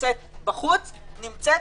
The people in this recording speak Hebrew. זו